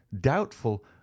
doubtful